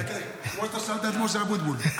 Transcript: כמו שאתה שאלת את משה אבוטבול.